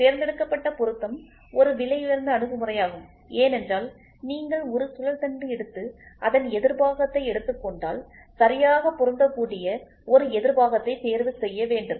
தேர்ந்தெடுக்கப்பட்ட பொருத்தம் ஒரு விலையுயர்ந்த அணுகுமுறையாகும் ஏனென்றால் நீங்கள் ஒரு சுழல் தண்டு எடுத்து அதன் எதிர்பாகத்தை எடுத்துக் கொண்டால் சரியாக பொருந்தக்கூடிய ஒரு எதிர் பாகத்தை தேர்வுசெய்ய வேண்டும்